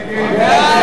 אוקיי.